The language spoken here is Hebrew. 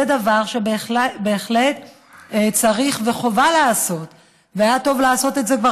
זה דבר שבהחלט צריך וחובה לעשות והיה טוב לעשות כבר